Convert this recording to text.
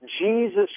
Jesus